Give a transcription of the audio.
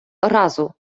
разу